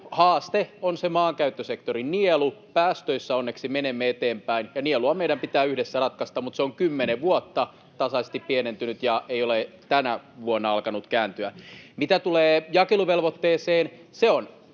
haaste on se maankäyttösektorin nielu, päästöissä onneksi menemme eteenpäin, ja nielua meidän pitää yhdessä ratkaista, mutta se on kymmenen vuotta tasaisesti pienentynyt ja ei ole tänä vuonna alkanut kääntyä. [Vasemmalta: Tuokaa